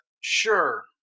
Sure